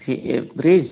ठीक है फ्रीज